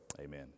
Amen